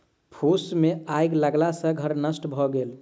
फूस मे आइग लगला सॅ घर नष्ट भ गेल